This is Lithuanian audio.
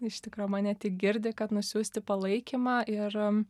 iš tikro mane tik girdi kad nusiųsti palaikymą ir